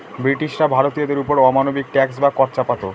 ব্রিটিশরা ভারতীয়দের ওপর অমানবিক ট্যাক্স বা কর চাপাতো